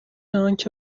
انکه